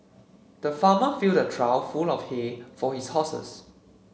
the farmer filled a trough full of hay for his horses